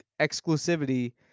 exclusivity